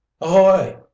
Ahoy